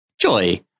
Joy